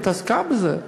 היא התעסקה בזה.